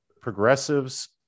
progressives